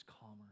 calmer